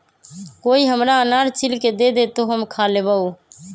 कोई हमरा अनार छील के दे दे, तो हम खा लेबऊ